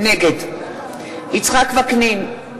נגד יצחק וקנין,